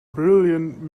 brilliant